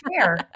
fair